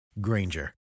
Granger